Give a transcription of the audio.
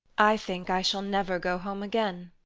i think i shall never go home again.